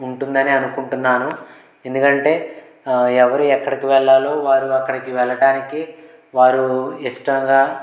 ఉంటుందని అనుకుంటున్నాను ఎందుకంటే ఎవరు ఎక్కడికి వెళ్లాలో వారు అక్కడికి వెళ్ళటానికి వారు ఇష్టంగా